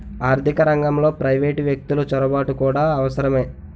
ఆర్థిక రంగంలో ప్రైవేటు వ్యక్తులు చొరబాటు కూడా అవసరమే